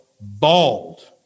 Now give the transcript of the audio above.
bald